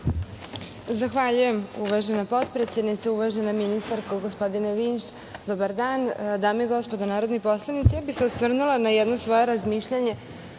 Zahvaljujem, uvažena potpredsednice. Uvažena ministarko, gospodine Vinš, dobar dan. Dame i gospodo narodni poslanici, ja bih se osvrnula na jedno svoje razmišljanje